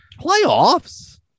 Playoffs